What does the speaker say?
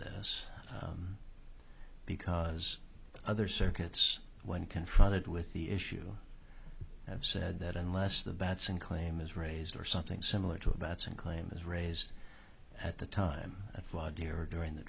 this because other circuits when confronted with the issue have said that unless the bats and claim is raised or something similar to a batson claim is raised at the time i fly deer during the